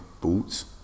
boots